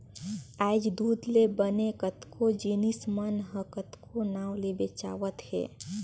आयज दूद ले बने कतको जिनिस मन ह कतको नांव ले बेंचावत हे